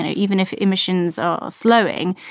and even if emissions are slowing,